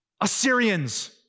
Assyrians